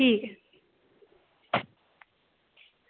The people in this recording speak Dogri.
ठीक ऐ